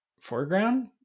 Foreground